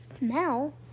Mel